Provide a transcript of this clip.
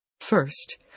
First